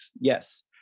Yes